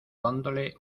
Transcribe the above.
dándole